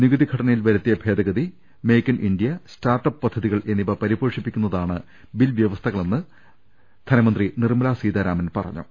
നികുതി ഘടനയിൽ വരുത്തിയ ഭേദഗതി make in India start up പദ്ധതികൾ എന്നിവ പരിപോഷിപ്പിക്കുന്നതാണ് ബിൽ വൃവസ്ഥകളെന്ന് മന്ത്രി നിർമ്മലാ സീതാരാമൻ പറഞ്ഞു